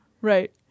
Right